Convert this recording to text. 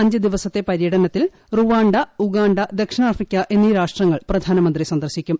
അഞ്ചു ദിവസത്തെ പര്യടനത്തിൽ Rwanda Uganda ദക്ഷിണാഫ്രിക്ക എന്നീ രാഷ്ട്രങ്ങൾ പ്രധാനമന്ത്രി സന്ദർശിക്കും